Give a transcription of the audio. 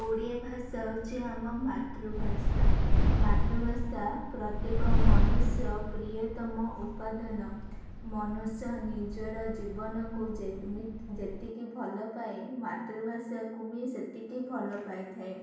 ଓଡ଼ିଆ ଭାଷା ହେଉଛି ଆମ ମାତୃଭାଷା ମାତୃଭାଷା ପ୍ରତ୍ୟେକ ମନୁଷ୍ୟ ପ୍ରିୟତମ ଉପାଦାନ ମନୁଷ୍ୟ ନିଜର ଜୀବନକୁ ଯେତିକି ଭଲ ପାଏ ମାତୃଭାଷାକୁ ବି ସେତିକି ଭଲ ପାଇଥାଏ